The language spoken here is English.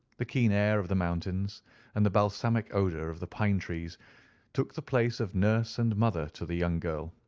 the keen air of the mountains and the balsamic odour of the pine trees took the place of nurse and mother to the young girl.